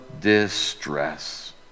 distress